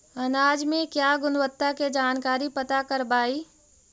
अनाज मे क्या गुणवत्ता के जानकारी पता करबाय?